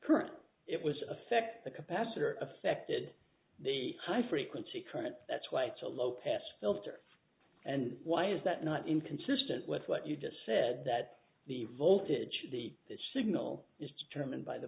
current it was affect the capacitor affected the high frequency current that's why it's a low pass filter and why is that not inconsistent with what you just said that the voltage of the signal is determined by the